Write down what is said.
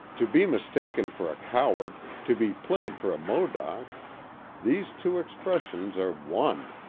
to be mistaken for a coward to be played for a modoc these two expressions are one.